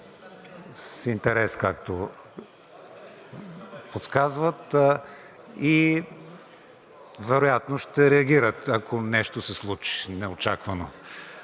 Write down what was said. с интерес, както подсказват, и вероятно ще реагират, ако нещо се случи неочаквано.